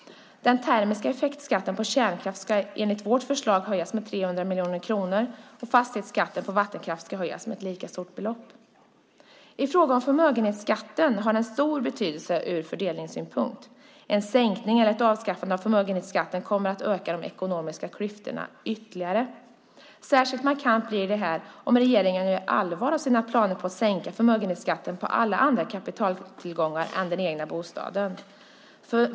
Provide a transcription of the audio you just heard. Den termiska effektskatten på kärnkraft ska enligt vårt förslag höjas med 300 miljoner kronor och fastighetsskatten på vattenkraft ska höjas med ett lika stort belopp. Förmögenhetsskatten har stor betydelse ur fördelningssynpunkt. En sänkning eller ett avskaffande av förmögenhetsskatten kommer att öka de ekonomiska klyftorna ytterligare. Särskilt markant blir detta om regeringen gör allvar av sina planer att sänka förmögenhetsskatten på alla andra kapitaltillgångar än den egna bostaden.